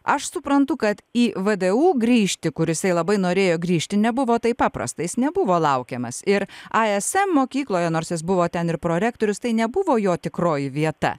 aš suprantu kad į vė dė ū grįžti kur jisai labai norėjo grįžti nebuvo taip paprasta jis nebuvo laukiamas ir ai es em mokykloje nors jis buvo ten ir prorektorius tai nebuvo jo tikroji vieta